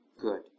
good